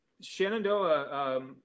Shenandoah